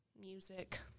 music